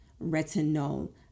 retinol